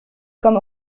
comme